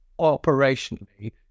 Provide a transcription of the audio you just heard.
operationally